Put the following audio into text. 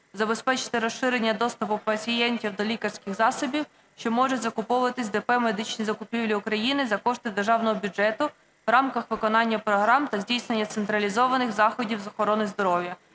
забезпечити розширення доступу пацієнтів до лікарських засобів, що можуть закуповуватись ДП "Медичні закупівлі України" за кошти державного бюджету в рамках виконання програм та здійснення централізованих заходів з охорони здоров'я,